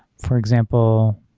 for example,